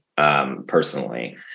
Personally